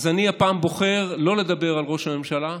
אז אני הפעם בוחר שלא לדבר על ראש הממשלה,